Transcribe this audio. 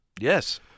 yes